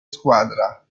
squadra